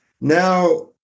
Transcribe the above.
Now